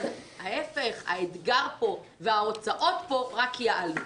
להיפך, האתגר פה וההוצאות פה רק יעלו.